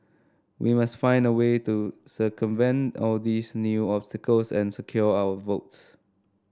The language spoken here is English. we must find a way to circumvent all these new obstacles and secure our votes